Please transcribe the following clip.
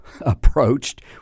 approached